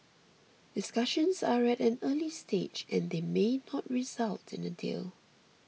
discussions are at an early stage and they may not result in a deal